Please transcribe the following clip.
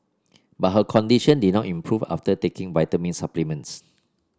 but her condition did not improve after taking vitamin supplements